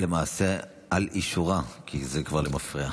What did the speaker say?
למעשה על אישורה, כי זה כבר למפרע,